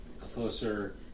closer